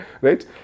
right